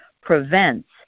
prevents